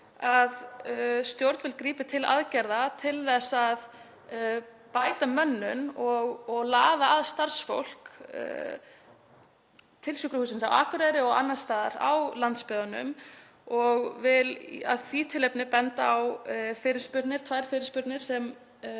að stjórnvöld grípi til aðgerða til að bæta mönnun og laða að starfsfólk til Sjúkrahússins á Akureyri og annars staðar í landsbyggðunum og vil af því tilefni benda á tvær fyrirspurnir sem